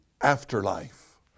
afterlife